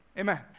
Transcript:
Amen